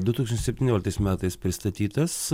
du tūkstančiai septynioliktais metais pristatytas